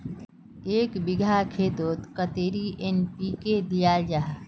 एक बिगहा खेतोत कतेरी एन.पी.के दियाल जहा?